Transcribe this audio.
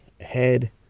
ahead